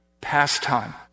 pastime